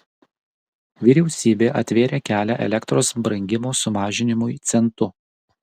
vyriausybė atvėrė kelią elektros brangimo sumažinimui centu